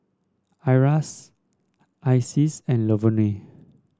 Shira Isis and Lavonne